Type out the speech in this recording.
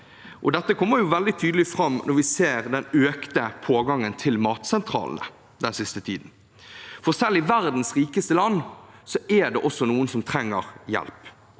Dette kommer veldig tydelig fram når vi ser den økte pågangen til matsentralene den siste tiden. Selv i verdens rikeste land er det også noen som trenger hjelp.